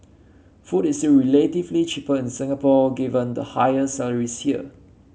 food is relatively cheaper in Singapore given the higher salaries here